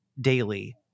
daily